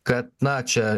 kad na čia